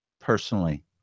personally